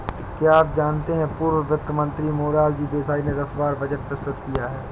क्या आप जानते है पूर्व वित्त मंत्री मोरारजी देसाई ने दस बार बजट प्रस्तुत किया है?